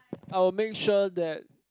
I will make sure that